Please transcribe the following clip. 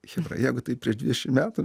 chebra jeigu taip prieš dvidešim metų